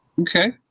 Okay